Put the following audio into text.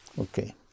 Okay